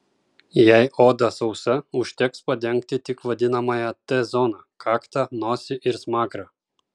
jei oda sausa užteks padengti tik vadinamąją t zoną kaktą nosį ir smakrą